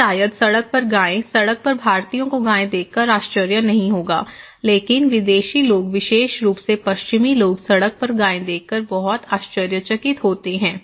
या शायद सड़क पर गाय सड़क पर भारतीयों को गाय देखकर आश्चर्य नहीं होगा लेकिन विदेशी लोग विशेष रूप से पश्चिमी लोग सड़क पर गाय देखकर बहुत आश्चर्यचकित होते हैं